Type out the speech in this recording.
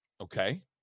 Okay